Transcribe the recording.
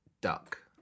Duck